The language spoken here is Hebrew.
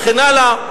וכן הלאה,